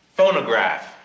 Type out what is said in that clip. Phonograph